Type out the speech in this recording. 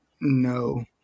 No